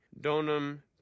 donum